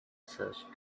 searched